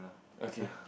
okay